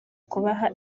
kubaha